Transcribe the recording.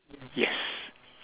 yes